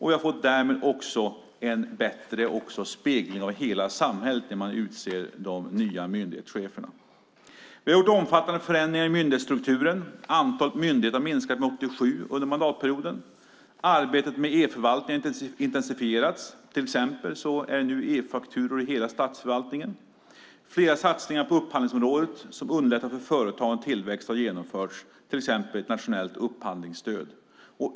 Vi har därmed också fått en bättre spegling av hela samhället när man utser de nya myndighetscheferna. Vi har gjort omfattande förändringar i myndighetsstrukturen. Antalet myndigheter har minskat med 87 under mandatperioden. Arbetet med e-förvaltningen har intensifierats. Det är till exempel e-fakturor inom hela statsförvaltningen nu. Det har gjorts flera satsningar på upphandlingsområdet som underlättar för företagens tillväxt har genomförts, till exempel ett nationellt upphandlingsstöd.